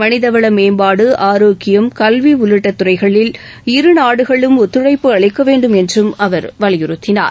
மளிதவள மேம்பாடு ஆரோக்கியம் கல்வி உள்ளிட்டத் துறைகளில் இருநாடுகளும் ஒத்துழைப்பு அளிக்க வேண்டும் என்றும் அவர் வலியுறுத்தினார்